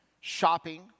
shopping